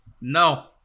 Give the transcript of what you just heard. No